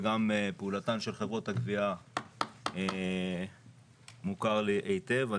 וגם פעולתן של חברות הגבייה מוכר לי היטב.